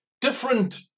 different